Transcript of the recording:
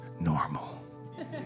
normal